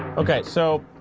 okay, so,